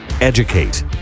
Educate